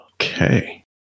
Okay